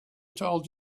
told